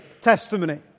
testimony